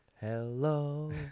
hello